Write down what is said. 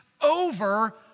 over